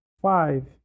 Five